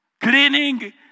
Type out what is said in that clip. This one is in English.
Cleaning